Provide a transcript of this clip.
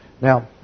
Now